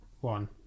one